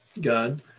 God